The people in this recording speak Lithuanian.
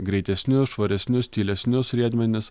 greitesnius švaresnius tylesnius riedmenis